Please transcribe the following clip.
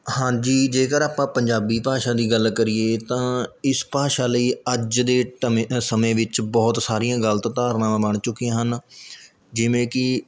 ਹਾਂਜੀ ਜੇਕਰ ਆਪਾਂ ਪੰਜਾਬੀ ਭਾਸ਼ਾ ਦੀ ਗੱਲ ਕਰੀਏ ਤਾਂ ਇਸ ਭਾਸ਼ਾ ਲਈ ਅੱਜ ਦੇ ਟਮੇ ਸਮੇਂ ਵਿੱਚ ਬਹੁਤ ਸਾਰੀਆਂ ਗਲਤ ਧਾਰਨਾਵਾਂ ਬਣ ਚੁੱਕੀਆਂ ਹਨ ਜਿਵੇਂ ਕਿ